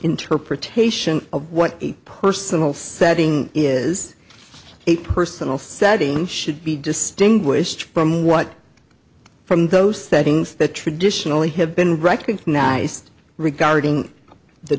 interpretation of what a personal setting is a personal setting should be distinguished from what from those things that traditionally have been recognized regarding the